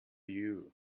you